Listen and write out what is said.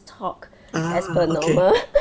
talk as per normal